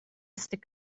stick